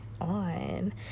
on